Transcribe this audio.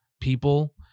people